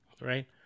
Right